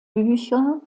bücher